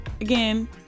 again